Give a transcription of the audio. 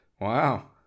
Wow